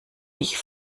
mich